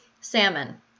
Salmon